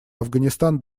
афганистан